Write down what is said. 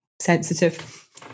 sensitive